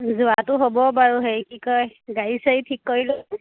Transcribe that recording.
যোৱাটো হ'ব বাৰু হেৰি কি কয় গাড়ী চাড়ী ঠিক কৰি লৈ